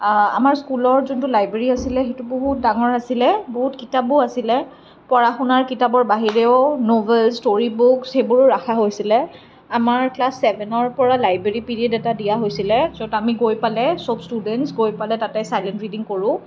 আমাৰ স্কুলৰ যোনটো লাইব্ৰেৰী আছিলে সেইটো বহুত ডাঙৰ আছিলে বহুত কিতাপো আছিলে পঢ়া শুনা কিতাপৰ বাহিৰেও ন'ভেল ষ্টৰী বুক সেইবোৰ ৰখা হৈছিলে আমাৰ ক্লাছ ছেভেনৰ পৰা লাইব্ৰেৰী পিৰিয়ড এটা দিয়া হৈছিলে তাৰ পিছত আমি গৈ পালে চব ষ্টুডেণ্টছ গৈ পালে তাতে চাইলেণ্ট ৰীডিং কৰোঁ